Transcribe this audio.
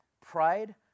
Pride